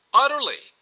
utterly.